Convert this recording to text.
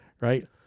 right